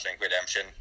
Redemption